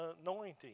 anointing